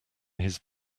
his